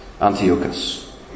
Antiochus